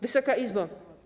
Wysoka Izbo!